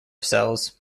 cells